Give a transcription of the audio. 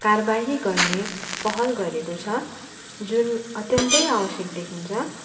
कार्वाही गर्ने पहल गरेको छ जुन अत्यन्तै आवश्यक देखिन्छ